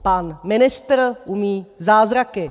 Pan ministr umí zázraky!